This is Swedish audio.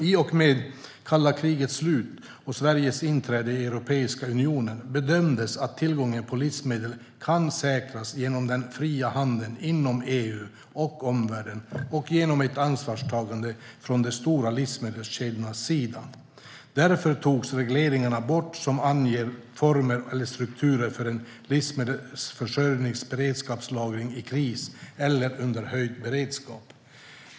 I och med kalla krigets slut och Sveriges inträde i Europeiska unionen bedömdes att tillgången på livsmedel kan säkras genom den fria handeln inom EU och omvärlden och genom ett ansvarstagande från de stora livsmedelskedjornas sida. Därför togs regleringar bort som anger former eller strukturer för en livsmedelsförsörjning/beredskapslagring i kris eller under höjd beredskap.